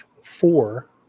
four